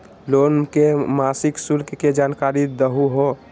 Loan के मासिक शुल्क के जानकारी दहु हो?